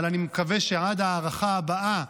אבל אני מקווה שעד ההארכה הבאה,